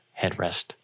headrest